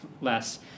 less